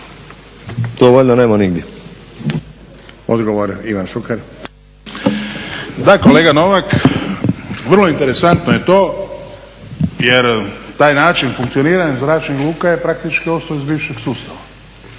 Odgovor Ivan Šuker. **Šuker, Ivan (HDZ)** Da kolega Novak, vrlo interesantno je to, jer taj način funkcioniranja zračnih luka je praktički ostao iz bivšeg sustava